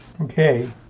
Okay